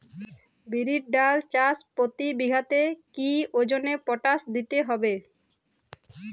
বিরির ডাল চাষ প্রতি বিঘাতে কি ওজনে পটাশ দিতে হবে?